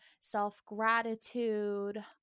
self-gratitude